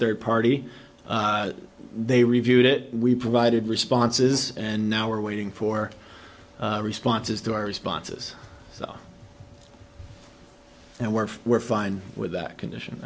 third party they reviewed it we provided responses and now we're waiting for responses to our responses so and we're we're fine with that condition